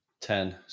ten